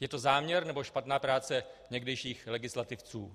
Je to záměr, nebo špatná práce někdejších legislativců?